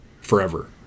forever